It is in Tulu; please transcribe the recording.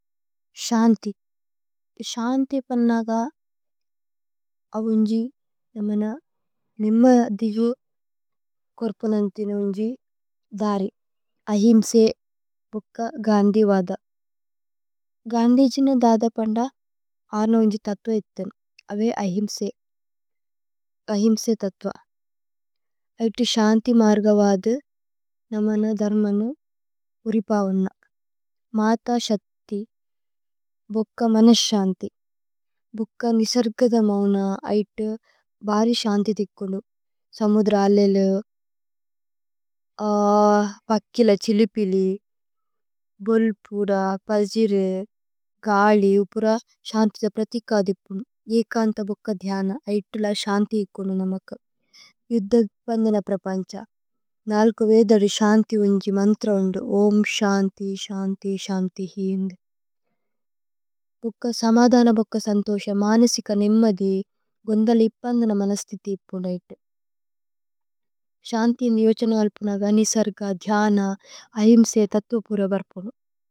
Ṣഅന്തി Ṣഅന്തി പന്നഗ അവുന്ജി നമന നിമ്മ ദിഗു। കുര്പനന്തിന ഉന്ജി ധരി അഹിമ്സേ മുക്ക ഗന്ദി വദ। ഗന്ദിജിന ദദ പന്ദ അരന ഉന്ജി തത്ത്വ ഇത്ഥന। അവേ അഹിമ്സേ അഹിമ്സേ തത്ത്വ ഐതേ Ṣഅന്തി മര്ഗ വദ। നമന ധര്മന ഉരിപവന മത śഅക്തി മുക്ക മനസ്। Ṣഅന്തി മുക്ക നിസര്ഗദ മൌന ഐതേ ബരി Ṣഅന്തി തിക്കുനു। സമുദ്രലേലേ പക്കില ഛിലിപിലി ഭുല്പുര। പജിരു ഗലി ഉപുര Ṣഅന്തിത പ്രതികദിപ്പുനു ഏകന്ത। മുക്ക ധ്യന ഐതേ ല Ṣഅന്തി തിക്കുനു നമക യുദ്ധ। ഇപ്പന്ദിന പ്രപñച നല്കു വേദരി Ṣഅന്തി ഉന്ജി മന്ത്ര। ഉന്ദു ഓമ് Ṣഅന്തി Ṣഅന്തി Ṣഅന്തി ഹിന്ദു മുക്ക സമദന। മുക്ക സന്തോശ മനസിക നിമ്മദി ഗുന്ദലി ഇപ്പന്ദിന। മനസ്തിതി ഇപ്പുനു ഐതേ Ṣഅന്തി നിയോഛനവല്പുന। ഗനിസര്ഗ ധ്യന അഹിമ്സേ തത്ത്വ പുരവര്പുനു।